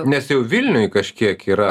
nes jau vilniuj kažkiek yra